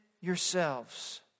yourselves